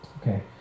okay